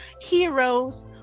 heroes